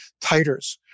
titers